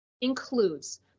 includes